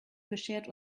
beschert